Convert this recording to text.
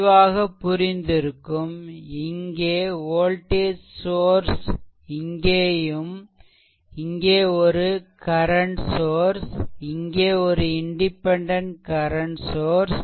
தெளிவாகப் புரிந்திருக்கும் இங்கே வோல்டேஜ் சோர்ஸ்இங்கேயும் இங்கே ஒரு கரண்ட் சோர்ஸ் இங்கே ஒரு இண்டிபெண்டென்ட் கரண்ட் சோர்ஸ்